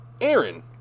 Aaron